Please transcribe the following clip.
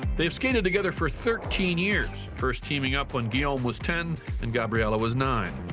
they have skated together for thirteen years, first teaming up when guillaume was ten and gabriela was nine.